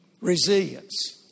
Resilience